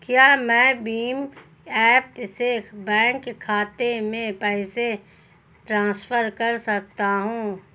क्या मैं भीम ऐप से बैंक खाते में पैसे ट्रांसफर कर सकता हूँ?